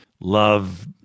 love